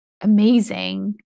amazing